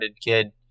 kid